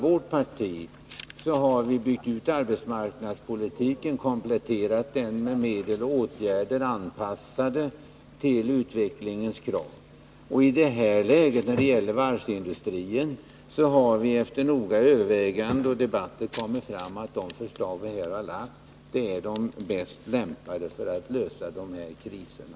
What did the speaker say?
Låt mig säga att vårt parti har byggt ut arbetsmarknadspolitiken och kompletterat den med medel och åtgärder anpassade till utvecklingens krav. När det gäller varvsindustrin har vi efter noggrant övervägande och debatter kommit fram till att de förslag som vi har lagt fram är de som är bäst lämpade för att lösa de här kriserna.